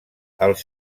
els